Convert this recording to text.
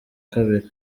kabiri